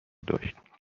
داشت